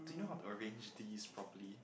do you know how to arrange these properly